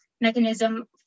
mechanism